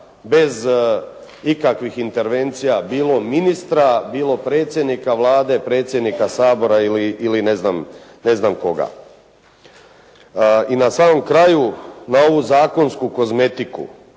bez ikakvih intervencija bilo ministra, bilo predsjednika Vlade, predsjednika Sabora ili ne znam koga. I na samom kraju na ovu zakonsku kozmetiku